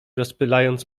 rozpylając